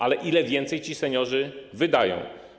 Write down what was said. Ale o ile więcej ci seniorzy wydają?